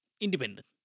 independent